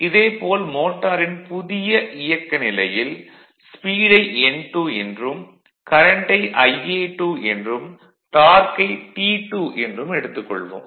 இதே போல மோட்டாரின் புதிய இயக்க நிலையில் ஸ்பீடை n2 என்றும் கரண்ட்டை Ia2 என்றும் டார்க்கை T2 என்றும் எடுத்துக் கொள்வோம்